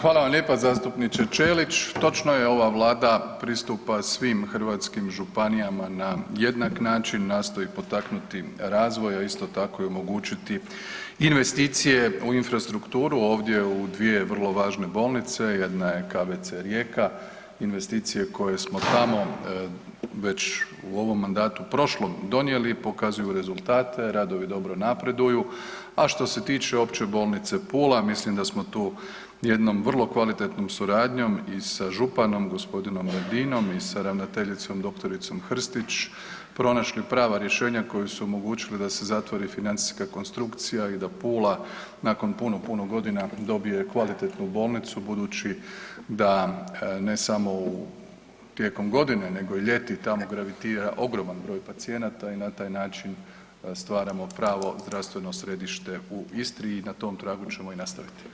Hvala vam lijepa zastupniče Ćelić, točno je ova Vlada pristupa svih hrvatskim županijama na jednak način, nastoji potaknuti razvoj, a isto tako i omogućiti investicije u infrastrukturu ovdje u dvije vrlo važne bolnice, jedna je KBC Rijeka investicije koje smo tamo već u ovom mandatu prošlom donijeli pokazuju rezultate, radovi dobro napreduju, a što se tiče Opće bolnice Pula, mislim da smo tu jednom vrlo kvalitetnom suradnjom i sa županom gospodinom Radinom i sa ravnateljicom dr. Hrstić pronašli prva rješenja koja su omogućila da se zatvori financijska konstrukcija i da Pula, nakon puno, puno godina dobije kvalitetnu bolnicu budući da ne samo u tijekom godine nego i ljeti tamo gravitira ogroman broj pacijenata i na taj način stvaramo pravo zdravstveno središte u Istri i na tom tragu ćemo i nastaviti.